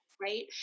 Right